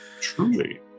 Truly